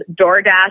DoorDash